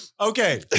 Okay